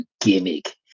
gimmick